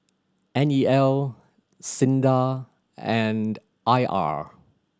N E L SINDA and I R